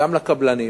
גם לקבלנים,